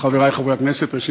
חברי חברי הכנסת, ראשית,